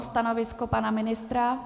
Stanovisko pana ministra?